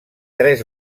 tres